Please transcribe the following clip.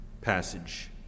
passage